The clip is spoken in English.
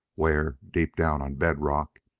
where, deep down on bed-rock,